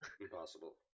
Impossible